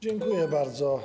Dziękuję bardzo.